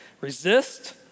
resist